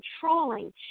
controlling